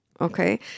Okay